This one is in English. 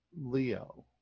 Leo